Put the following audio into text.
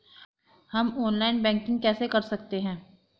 हम online banking कैसे कर सकते हैं?